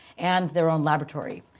and their own laboratory.